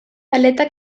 aleta